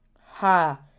Ha